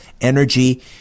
energy